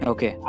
Okay